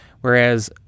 whereas